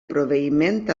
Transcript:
proveïment